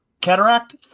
Cataract